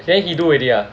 then he do already ah